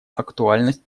актуальность